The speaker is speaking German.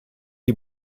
die